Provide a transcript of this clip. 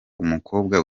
umukobwa